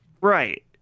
right